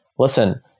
listen